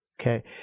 Okay